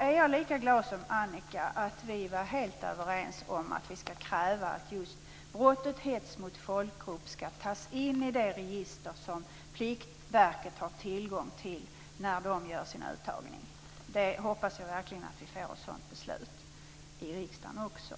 är jag lika glad som Annika Nordgren för att vi var helt överens om att kräva att brottet hets mot folkgrupp skall tas in i det register som Pliktverket har tillgång till när det gör sin uttagning. Jag hoppas verkligen att vi får ett sådant beslut i riksdagen också.